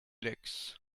licks